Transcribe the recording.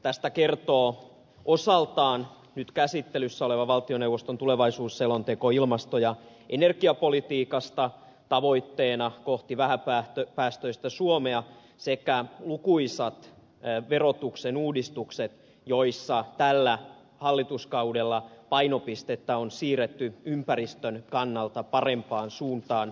tästä kertovat osaltaan nyt käsittelyssä oleva valtioneuvoston tulevaisuusselonko ilmasto ja energiapolitiikasta kohti vähäpäästöistä suomea sekä lukuisat verotuksen uudistukset joilla tällä hallituskaudella on painopistettä siirretty ympäristön kannalta parempaan suuntaan